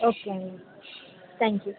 okay అండి thank you